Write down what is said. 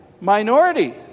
minority